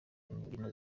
n’imbyino